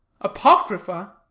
Apocrypha